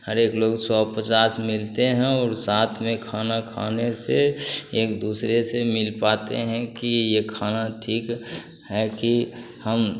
हर एक लोग सौ पचास मिलते हैं और साथ में खाना खाने से एक दूसरे से मिल पाते हैं कि यह खाना ठीक हैं कि हम